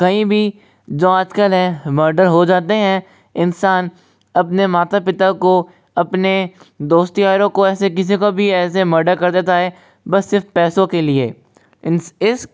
कहीं भी जो आज कल है मर्डर हो जाते हैं इंसान अपने माता पिता को अपने दोस्त यारों को ऐसे किसी को भी ऐसे मर्डर कर देता है बस सिर्फ़ पैसों के लिए इस